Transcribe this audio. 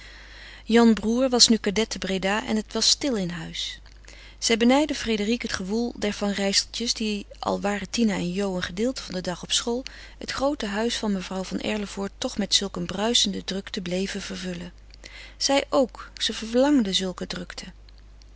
janbroêr was nu cadet te breda en het was stil in huis zij benijdde frédérique het gewoel der van rijseltjes die al waren tina en jo een gedeelte van den dag op school het groote huis van mevrouw van erlevoort toch met een bruisende drukte bleven vervullen zij ook zij verlangde zulke drukte